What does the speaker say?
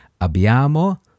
Abbiamo